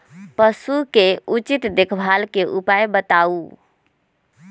पशु के उचित देखभाल के उपाय बताऊ?